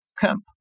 camp